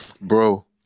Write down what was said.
Bro